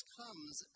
comes